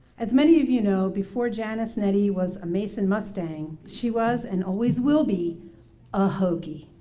as many of you know, before janice nettie was a mason mustang, she was and always will be a hoagie.